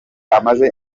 amaze